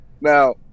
Now